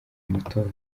amatora